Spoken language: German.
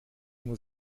nur